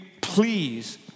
please